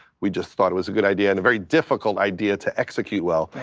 we just thought it was a good idea and a very difficult idea to execute well,